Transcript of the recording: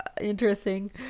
interesting